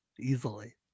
easily